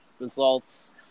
results